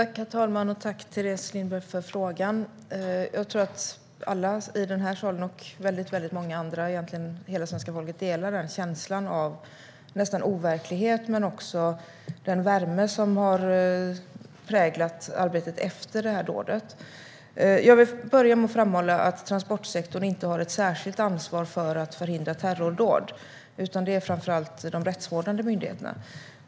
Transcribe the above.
Herr talman! Tack för frågan, Teres Lindberg! Jag tror att alla i denna sal och väldigt många andra, egentligen hela svenska folket, delar den känslan av nästan overklighet men också den värme som har präglat arbetet efter dådet. Jag vill börja med att framhålla att transportsektorn inte har ett särskilt ansvar för att förhindra terrordåd, utan det har framför allt de rättsvårdande myndigheterna.